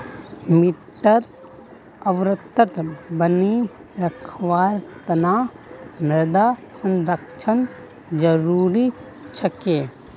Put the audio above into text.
मिट्टीर उर्वरता बनई रखवार तना मृदा संरक्षण जरुरी छेक